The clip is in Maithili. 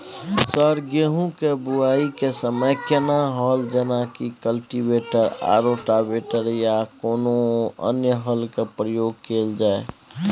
सर गेहूं के बुआई के समय केना हल जेनाकी कल्टिवेटर आ रोटावेटर या कोनो अन्य हल के प्रयोग कैल जाए?